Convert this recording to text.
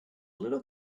little